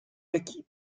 acquis